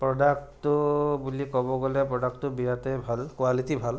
প্ৰডাক্টটো বুলি ক'ব গ'লে প্ৰডাক্টটো বিৰাটেই ভাল কোৱালিটি ভাল